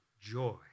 joy